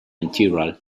integral